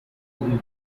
evil